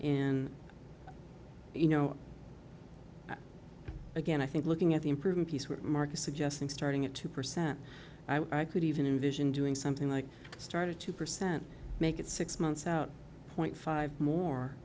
in you know again i think looking at the improving piece what mark is suggesting starting at two percent i could even envision doing something like start a two percent make it six months out point five more